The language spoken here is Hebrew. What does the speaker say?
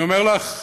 אני אומר לך,